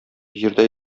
җирдә